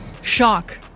Shock